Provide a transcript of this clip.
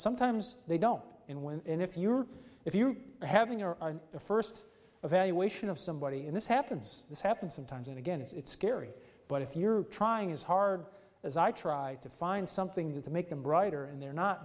sometimes they don't in when if you're if you are having your first evaluation of somebody in this happens this happens sometimes and again it's scary but if you're trying as hard as i tried to find something to make them brighter and they're not